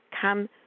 come